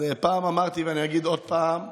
אמרתי פעם ואגיד עוד פעם: